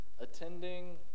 attending